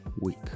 week